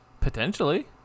Potentially